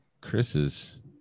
Chris's